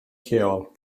lleol